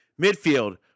Midfield